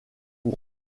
pour